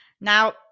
Now